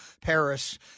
Paris